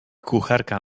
kucharka